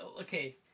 okay